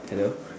hello